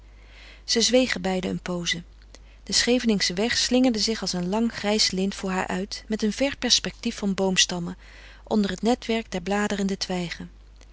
ze zwegen beiden een pooze de scheveningsche weg slingerde zich als een lang grijs lint voor haar uit met een ver perspectief van boomstammen onder het netwerk der bladerende twijgen